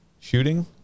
shooting